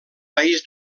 país